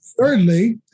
Thirdly